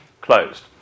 closed